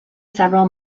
several